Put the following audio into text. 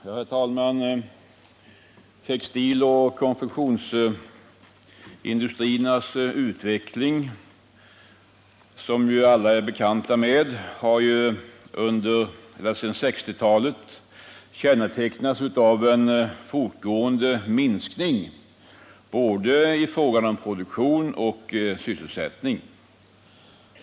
Herr talman! Textiloch konfektionsindustriernas utveckling har, som vi alla känner till, sedan 1960-talet kännetecknats av en fortgående minskning i fråga om både produktion och sysselsättning.